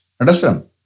Understand